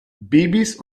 babys